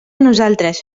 nosaltres